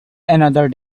another